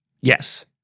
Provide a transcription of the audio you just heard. Yes